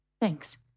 Thanks